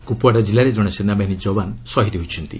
କୁପ୍ୱାଡ଼ା ଜିଲ୍ଲାରେ ଜଣେ ସେନାବାହିନୀ ଯବାନ ଶହୀଦ୍ ହୋଇଛନ୍ତି